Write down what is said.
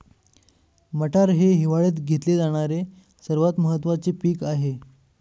मटार हे हिवाळयात घेतले जाणारे सर्वात महत्त्वाचे पीक आहे